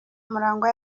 murangwa